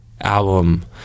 album